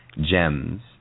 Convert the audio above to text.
gems